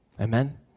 Amen